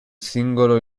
singolo